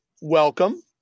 welcome